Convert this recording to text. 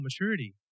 maturity